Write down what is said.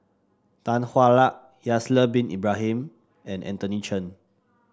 Tan Hwa Luck Haslir Bin Ibrahim and Anthony Chen